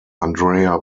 andrea